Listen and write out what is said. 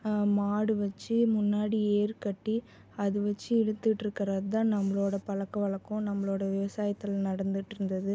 மாடு வைச்சி முன்னாடி ஏறு கட்டி அது வைச்சி இழுத்துக்கிட்ருக்குறது தான் நம்மளோட பழக்க வழக்கம் நம்மளோட விவசாயத்தில் நடந்துட்டுருந்துது